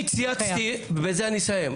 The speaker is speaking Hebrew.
אני צייצתי, ובזה אני אסיים.